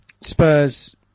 Spurs